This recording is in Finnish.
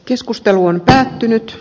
keskustelu on päättynyt